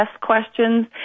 questions